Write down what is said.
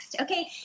Okay